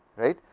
right,